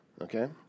Okay